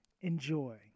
Enjoy